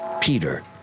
Peter